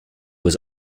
was